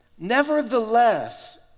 Nevertheless